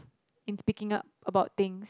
in speaking up about things